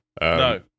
No